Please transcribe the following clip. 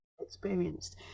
experienced